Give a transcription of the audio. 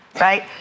right